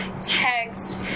text